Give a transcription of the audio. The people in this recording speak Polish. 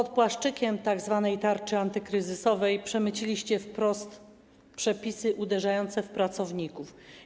Pod płaszczykiem tzw. tarczy antykryzysowej przemyciliście wprost przepisy uderzające w pracowników.